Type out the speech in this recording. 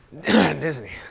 Disney